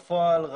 בפועל,